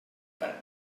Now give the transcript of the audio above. per